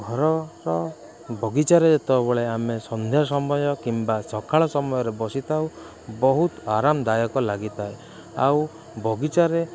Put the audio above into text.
ଘରର ବଗିଚାରେ ଯେତେବଳେ ଆମେ ସନ୍ଧ୍ୟା ସମୟ କିମ୍ବା ସକାଳ ସମୟରେ ବସିଥାଉ ବହୁତ ଆରାମଦାୟକ ଲାଗିଥାଏ ଆଉ ବଗିଚାରେ